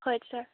ꯍꯣꯏ ꯁꯔ